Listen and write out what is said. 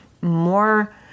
more